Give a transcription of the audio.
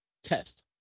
test